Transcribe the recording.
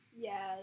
Yes